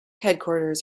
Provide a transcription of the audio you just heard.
headquarters